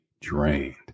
drained